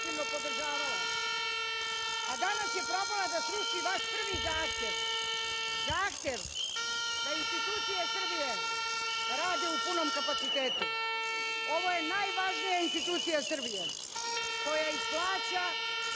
da sruši vaš prvi zahtev, zahtev da institucije Srbije rade u punom kapacitetu. Ovo je najvažnija institucija Srbije koja ih plaća